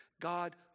God